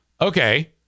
Okay